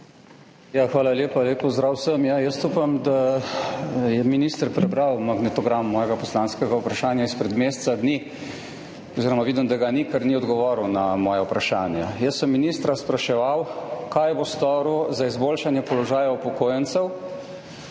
Hvala lepa. Lep pozdrav vsem! Jaz upam, da je minister prebral magnetogram mojega poslanskega vprašanja izpred meseca dni oziroma vidim, da ga ni, ker ni odgovoril na moja vprašanja. Jaz sem ministra spraševal, kaj bo storil za izboljšanje položaja upokojencev